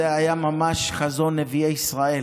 זה היה ממש חזון נביאי ישראל,